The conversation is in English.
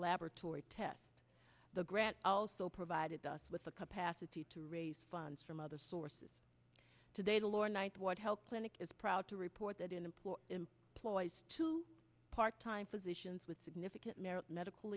laboratory tests the grant also provided us with the capacity to raise funds from other sources today the lower ninth ward health clinic is proud to report that in the ploys to part time physicians with significant medical